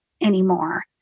anymore